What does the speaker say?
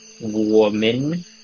woman